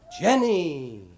Jenny